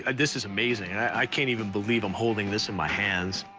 ah this is amazing. i can't even believe i'm holding this in my hands.